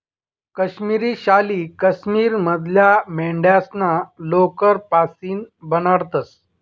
काश्मिरी शाली काश्मीर मधल्या मेंढ्यास्ना लोकर पाशीन बनाडतंस